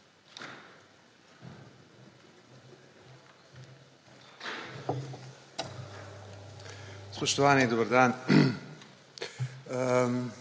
Hvala